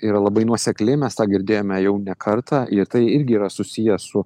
yra labai nuosekliai mes tą girdėjome jau ne kartą ir tai irgi yra susiję su